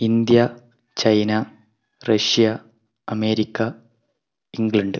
India China Russia America England